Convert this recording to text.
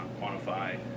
quantify